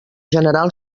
general